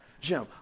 Jim